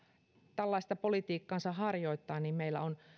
tällaista politiikkaansa harjoittaa niin meillä on